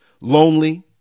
lonely